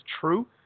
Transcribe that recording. true